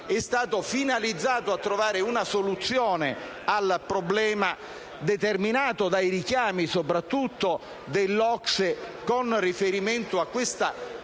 è stato finalizzato a trovare una soluzione al problema, determinato dai richiami soprattutto dell'OCSE con riferimento a questa storica